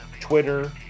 Twitter